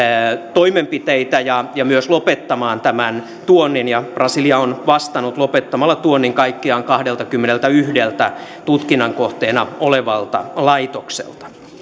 toimenpiteitä ja ja myös lopettamaan tämän tuonnin ja brasilia on vastannut lopettamalla tuonnin kaikkiaan kahdeltakymmeneltäyhdeltä tutkinnan kohteena olevalta laitokselta